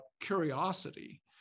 curiosity